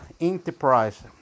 Enterprise